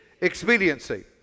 Expediency